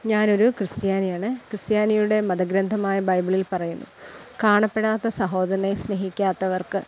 ഞാൻ ഒരു ക്രിസ്ത്യാനിയാണ് ക്രിസ്ത്യാനിയുടെ മതഗ്രന്ഥമായ ബൈബിളിൽ പറയുന്നു കാണപ്പെടാത്ത സഹോദരനെ സ്നേഹിക്കാത്തവർക്ക്